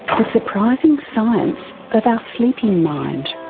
the surprising science of our sleeping mind.